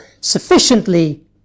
sufficiently